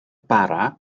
bara